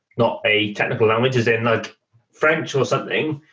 not a technical language, as in like french or something,